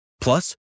Plus